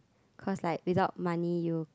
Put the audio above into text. cause like without money you